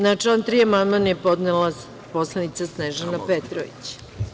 Na član 3. amandman je podnela poslanica Snežana Petrović.